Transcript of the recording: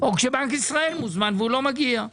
או שבנק ישראל מוזמן והוא לא מגיע.